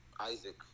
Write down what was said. Isaac